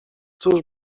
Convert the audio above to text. cóż